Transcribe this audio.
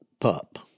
pup